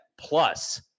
plus